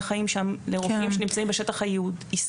חיים שם לרופאים שנמצאים בשטח הישראלי.